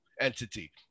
entity